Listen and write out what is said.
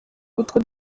utwo